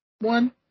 one